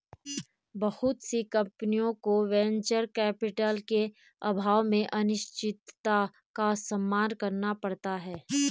बहुत सी कम्पनियों को वेंचर कैपिटल के अभाव में अनिश्चितता का सामना करना पड़ता है